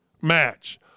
match